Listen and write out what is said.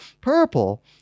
Purple